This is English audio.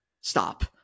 Stop